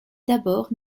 d’abord